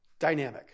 dynamic